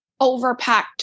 overpacked